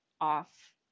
off